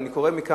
ואני קורא מכאן,